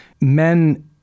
men